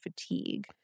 fatigue